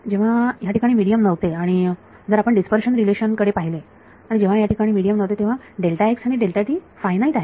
जेव्हा ह्या ठिकाणी मिडीयम नव्हते आणि जर आपण डीस्पर्शन रिलेशन कडे पाहिले आणि जेव्हा याठिकाणी मिडीयम नव्हते जेव्हा आणि फायनाईट आहेत